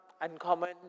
uncommon